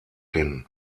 hin